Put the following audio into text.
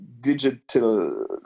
digital